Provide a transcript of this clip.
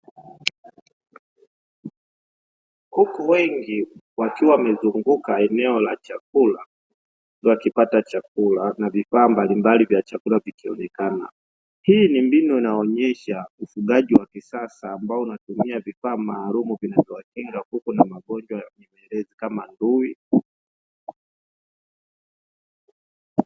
Kuku wengi wakiwa wamezunguka eneo la chakula wakipata chakula na vifaa mbalimbali vya chakuka vikionekana. Hii ni mbinu inayoonesha ufugaji wa kisasa ambao unatumia vifaa maalumu vinavyowakinga kuku na magonjwa nyemelezi kama ndui.